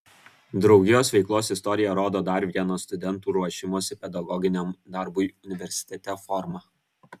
draugijos veiklos istorija rodo dar vieną studentų ruošimosi pedagoginiam darbui universitete formą